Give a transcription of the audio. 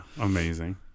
amazing